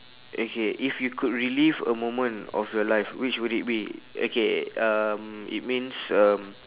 okay if you could relive a moment of your life which would it be okay um it means uh